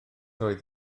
oedd